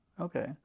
Okay